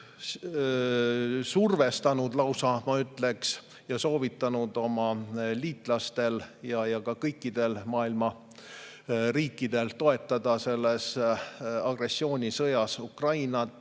survestanud, ma ütleks, ja soovitanud neil ja kõikidel maailma riikidel toetada selles agressioonisõjas Ukrainat,